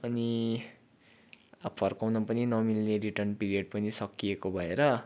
अनि फर्काउन पनि नमिल्ने रिटर्न पिरियड पनि सकिएको भएर